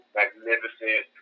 magnificent